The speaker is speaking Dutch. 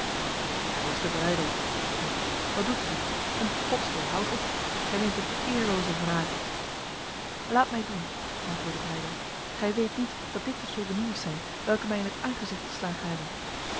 maar meester breydel riep hij wat doet gij om gods wil houd op gij neemt een eerloze wraak laat mij doen antwoordde breydel gij weet niet dat dit die soldeniers zijn welke mij in het aangezicht geslagen hebben